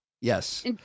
Yes